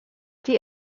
die